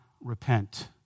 repent